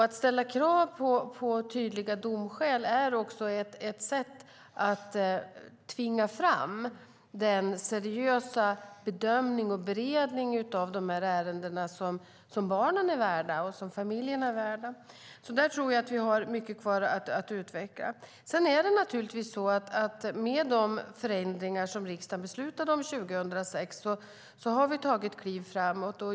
Att ställa krav på tydliga domskäl är också ett sätt att tvinga fram den seriösa bedömning och beredning av ärendena som barnen och familjerna är värda. Där tror jag att vi har mycket kvar att utveckla. Med de förändringar som riksdagen beslutade om 2006 har vi tagit kliv framåt.